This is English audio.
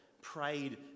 prayed